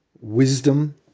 wisdom